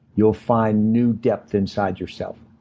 you'll find new depth inside yourself.